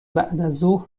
بعدازظهر